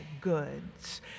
goods